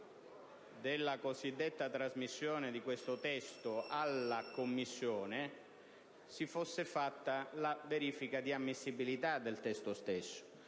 della cosiddetta trasmissione di questo testo alla Commissione, si fosse fatta la verifica di ammissibilità del testo stesso.